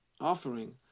offering